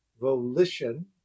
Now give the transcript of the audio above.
Volition